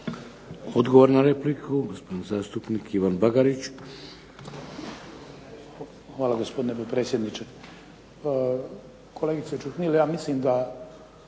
Odgovor na repliku gospodin zastupnik Ivan Bagarić. **Bagarić, Ivan (HDZ)** Hvala gospodine potpredsjedniče. Kolegice Čuhnil, ja mislim da